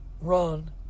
run